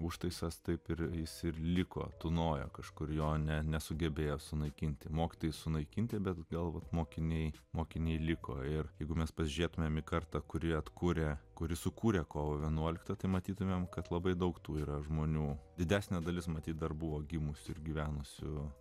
užtaisas taip ir jis ir liko tūnojo kažkur jo ne nesugebėjo sunaikinti mokytojai sunaikinti bet galbūt mokiniai mokiniai liko ir jeigu mes pasižiūrėtumėme karta kuri atkuria kuri sukūrė kovo vienuoliktą matytumėme kad labai daug tų yra žmonių didesnė dalis matyt dar buvo gimusi ir gyvenusių